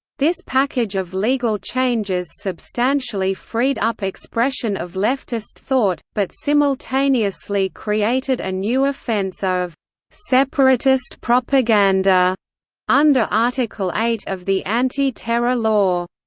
this package of legal changes substantially freed up expression of leftist thought, but simultaneously created a new offence of separatist propaganda under article eight of the anti-terror law.